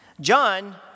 John